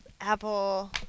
Apple